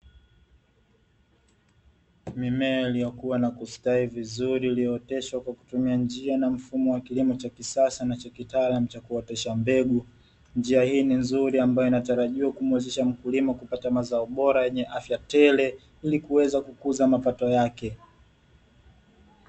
Mimea iliyokua na kustawi vizuri iliyooteshwa kwa kutumia njia na mfumo wa kilimo cha kisasa na cha kitaalamu cha kuotesha mbegu, njia hii ni nzuri ambayo inatarajiwa kumuwezesha mkulima kupata mazao bora yenye afya tele ilikuweza kukuza mapato yake.